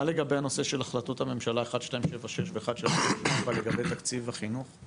מה לגבי הנושא של החלטות הממשלה 1276 ו-1364 לגבי תקציב החינוך?